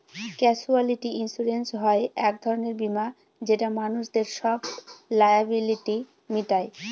casualty insurance হয় এক ধরনের বীমা যেটা মানুষদের সব লায়াবিলিটি মিটায়